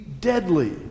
deadly